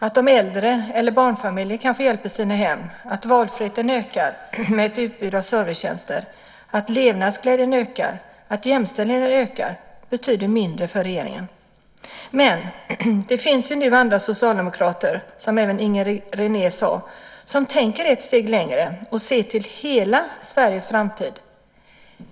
Att de äldre eller barnfamiljer kan få hjälp i sina hem, att valfriheten ökar med ett utbud av servicetjänster, att levnadsglädjen ökar och att jämställdheten ökar betyder mindre för regeringen. Men det finns nu andra socialdemokrater, som även Inger René sade, som tänker ett steg längre och ser till hela Sveriges framtid.